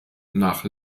nach